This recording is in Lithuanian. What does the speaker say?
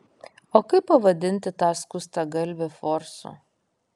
o kaip pavadinti tą skustagalvį forsu